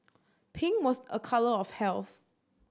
pink was a colour of health